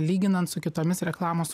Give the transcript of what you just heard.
lyginant su kitomis reklamos